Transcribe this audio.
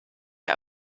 der